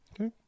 Okay